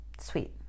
Sweet